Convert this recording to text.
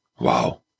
Wow